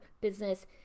business